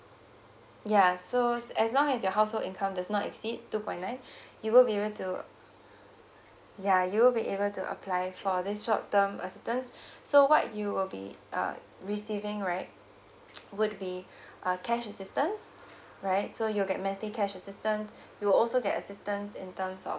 ya so as long as your household income does not exceed two point nine you will be able to ya you will be able to apply for this short term assistance so what you will be uh receiving right would be uh cash assistance right so you'll get monthly cash assistance you will also get assistance in terms of